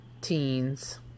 teens